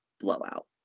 blowout